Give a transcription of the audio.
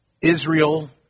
Israel